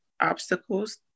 obstacles